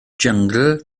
jyngl